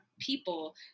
people